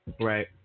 Right